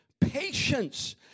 patience